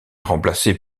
remplacé